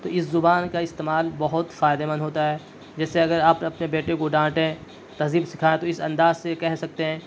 تو اس زبان کا استعمال بہت فائدے مند ہوتا ہے جیسے اگر آپ اپنے بیٹے کو ڈانٹیں تہذیب سکھائیں تو اس انداز سے کہہ سکتے ہیں